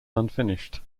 unfinished